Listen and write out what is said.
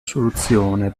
soluzione